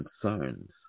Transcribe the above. concerns